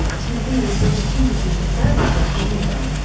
tv's opportunity for service at geneva.